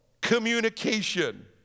communication